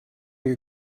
you